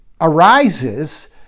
arises